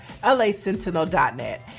LaSentinel.net